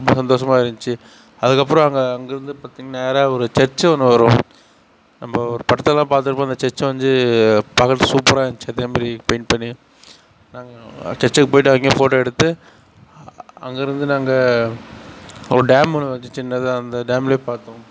ரொம்ப சந்தோஷமாக இருந்துச்சி அதுக்கப்புறம் அங்கே அங்கேருந்து பார்த்தீங் நேராக ஒரு சர்ச்சு ஒன்று வரும் நம்ம ஒரு படத்துலலாம் பார்த்துருப்போம் இந்த சர்ச்சு வந்து பார்க்கறத்துக்கு சூப்பராக இருந்துச்சி அதேமாதிரி பெயிண்ட் பண்ணி நாங்கள் சர்ச்சுக்கு போயிட்டு அங்கேயும் ஃபோட்டோ எடுத்து அங்கேருந்து நாங்கள் ஒரு டேம் ஒன்று இருந்துச்சு சின்னதாக அந்த டேம்மில் பார்த்தோம்